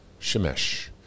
Shemesh